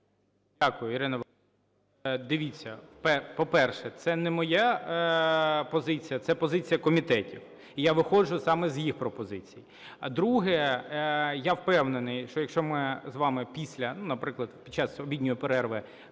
Дякую, Ірина Володимирівна. Дивіться, по-перше, це не моя позиція, це позиція комітетів. І я виходжу саме з їх пропозицій. Друге. Я впевнений, що якщо ми з вами після, ну, наприклад, під час обідньої перерви